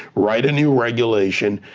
write a new regulation,